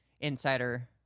insider